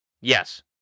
yes